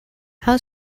how